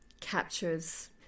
captures